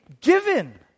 given